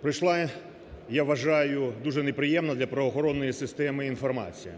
пройшла, я вважаю, дуже неприємна для правоохоронної системи інформація,